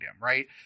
right